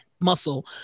Muscle